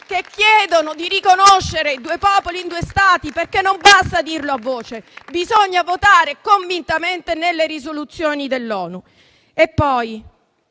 che chiedono di riconoscere due popoli e due Stati. Non basta dirlo a voce: bisogna votare convintamente le risoluzioni dell'ONU.